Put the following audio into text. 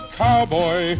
cowboy